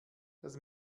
das